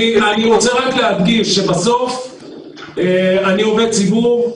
אני רוצה רק להדגיש שבסוף אני עובד ציבור,